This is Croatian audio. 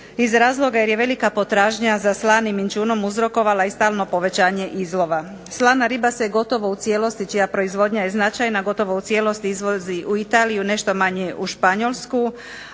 iz razloga jer je velika potražnja za slanim inćunom uzrokovala i stalno povećanje izlova. Slana riba se gotovo u cijelosti čija je proizvodnja značajna gotovo u cijelosti izvozi u Italiju, nešto manje u Španjolsku,